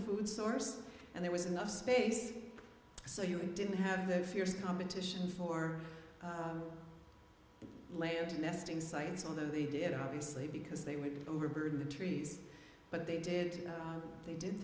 food source and there was enough space so you didn't have the fierce competition for layered nesting sites although they did obviously because they would overburden the trees but they did they did